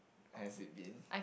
has it been